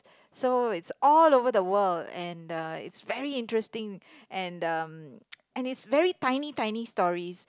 so it's all over the world and uh it's very interesting and um and it's very tiny tiny stories